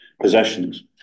possessions